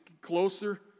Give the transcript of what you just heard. closer